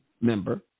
member